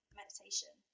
meditation